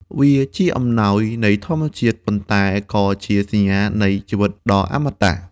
វាជាអំណោយនៃធម្មជាតិ ប៉ុន្តែក៏ជាសញ្ញានៃជីវិតដ៏អមតៈ។